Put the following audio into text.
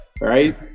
right